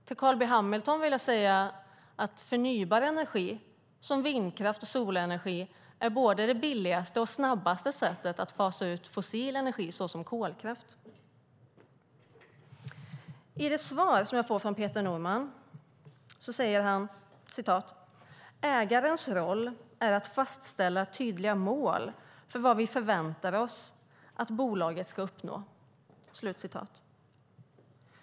Till Carl B Hamilton vill jag säga att förnybar energi som vindkraft och solenergi är både det billigaste och det snabbaste sättet att fasa ut fossil energi såsom kolkraft. I det svar som jag får från Peter Norman säger han: "Ägarens roll är att fastställa tydliga mål för vad vi förväntar oss att bolaget ska uppnå."